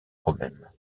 problèmes